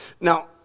Now